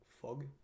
fog